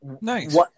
Nice